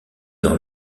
dans